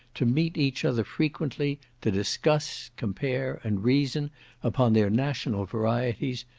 to meet each other frequently, to discuss, compare, and reason upon their national varieties,